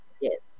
Yes